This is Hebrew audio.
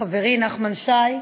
חברי, נחמן שי,